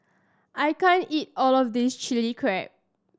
I can't eat all of this Chili Crab